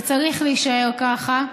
וצריך להישאר ככה.